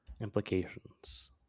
implications